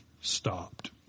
stopped